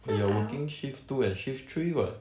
so if I want